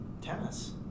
Tennis